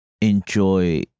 enjoy